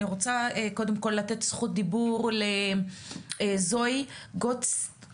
אני רוצה קודם כל לתת זכות דיבור לזואי גוטצייט,